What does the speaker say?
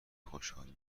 خوشحال